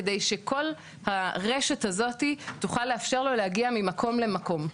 כדי שכל הרשת הזאת תוכל לאפשר לו להגיע ממקום למקום.